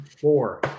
Four